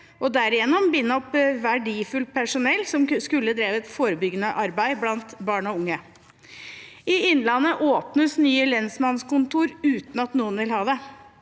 og derigjennom binde opp verdifullt personell som skulle ha drevet forebyggende arbeid blant barn og unge I Innlandet åpnes nye lensmannskontorer uten at noen vil ha dem.